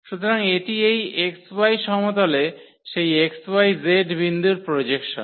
সুতরাং এটি এই xy সমতলে সেই xyz বিন্দুর প্রজেকশন